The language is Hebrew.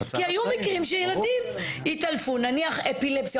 כי היו מקרים שילדים התעלפו אפילפסיה,